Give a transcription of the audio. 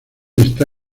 está